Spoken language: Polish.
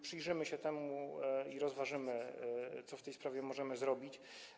Przyjrzymy się temu i rozważymy, co w tej sprawie możemy zrobić.